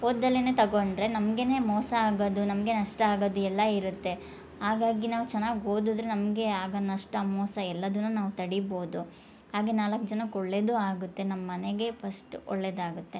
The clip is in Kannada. ಓದ್ದಲೆನೆ ತಗೊಂಡರೆ ನಮಗೇನೆ ಮೋಸ ಆಗದು ನಮಗೆ ನಷ್ಟ ಆಗದು ಎಲ್ಲ ಇರುತ್ತೆ ಹಾಗಾಗಿ ನಾವು ಚೆನ್ನಾಗಿ ಓದುದ್ರೆ ನಮಗೆ ಆಗ ನಷ್ಟ ಮೋಸ ಎಲ್ಲದುನ್ನು ನಾವು ತಡಿಬೋದು ಹಾಗೆ ನಾಲ್ಕು ಜನಕ್ಕೆ ಒಳ್ಳೆಯದು ಆಗುತ್ತೆ ನಮ್ಮ ಮನೆಗೆ ಫಸ್ಟ್ ಒಳ್ಳೆಯದು ಆಗತ್ತೆ